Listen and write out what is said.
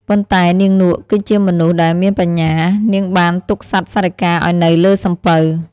ប៉ុន្តែ នាងនក់គឺជាមនុស្សដែលមានបញ្ញា នាងបានទុកសត្វសារិកាឲ្យនៅលើសំពៅ។